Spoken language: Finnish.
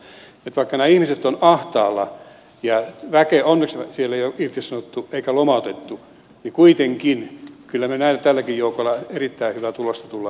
vaikka nämä ihmiset ovat ahtaalla onneksi siellä ei ole väkeä irtisanottu eikä lomautettu niin kyllä me kuitenkin tälläkin joukolla erittäin hyvää tulosta tulemme saamaan